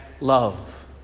love